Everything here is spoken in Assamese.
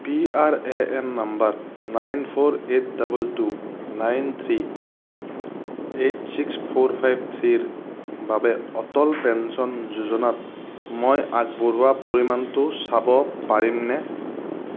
P R A N number nine four eight double two nine three eight six four five three ৰ বাবে অটল পেঞ্চন যোজনাত মই আগবঢ়োৱা পৰিমাণটো চাব পাৰিমনে